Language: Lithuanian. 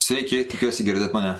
sveiki tikiuosi girdit mane